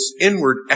inward